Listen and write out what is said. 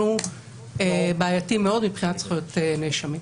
הוא בעייתי מאוד מבחינת זכויות נאשמים.